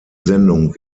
sendung